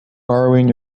borrowing